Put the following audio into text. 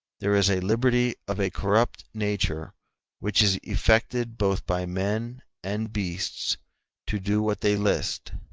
there is a liberty of a corrupt nature which is effected both by men and beasts to do what they list,